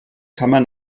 kammer